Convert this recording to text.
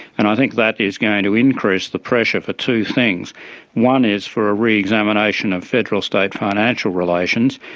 and i think that is going to increase the pressure for two things one is for a re-examination of federal-state financial relations,